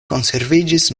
konserviĝis